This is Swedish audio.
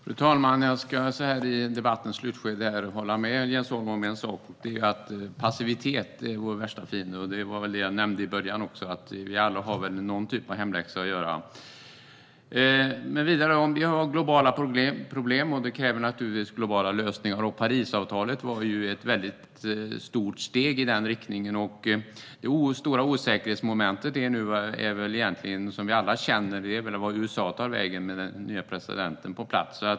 Fru talman! Jag ska så här i debattens slutskede hålla med Jens Holm om en sak, och det är att passivitet är vår värsta fiende. Det var väl det jag nämnde i början också, att vi alla har någon typ av hemläxa att göra. Vi har globala problem, och de kräver naturligtvis globala lösningar. Parisavtalet var ett mycket stort steg i den riktningen. Det stora osäkerhetsmomentet nu är väl, som vi alla känner, vart USA tar vägen med den nya presidenten på plats.